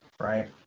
right